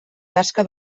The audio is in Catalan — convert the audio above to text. tasca